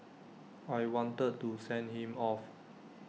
I wanted to send him off